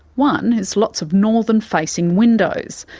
one is lots of northern-facing windows.